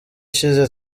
ishize